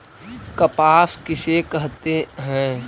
कपास किसे कहते हैं?